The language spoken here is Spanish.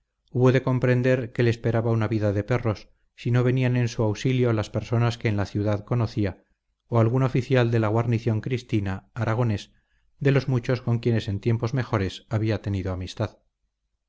de comprender que le esperaba una vida de perros si no venían en su auxilio las personas que en la ciudad conocía o algún oficial de la guarnición cristina aragonés de los muchos con quienes en tiempos mejores había tenido amistad